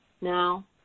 now